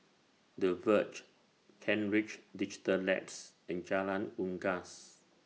The Verge Kent Ridge Digital Labs and Jalan Unggas